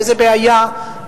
וזה בעיה,